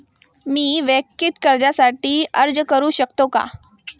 मी वैयक्तिक कर्जासाठी अर्ज करू शकतो का?